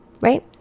right